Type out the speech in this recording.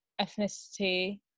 ethnicity